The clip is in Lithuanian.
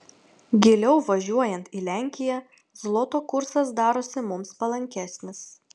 giliau važiuojant į lenkiją zloto kursas darosi mums palankesnis